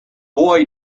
boy